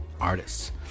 artists